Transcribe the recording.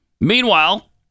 Meanwhile